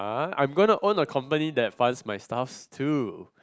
I'm gonna own a company that funds my stuff too